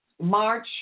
march